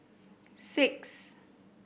six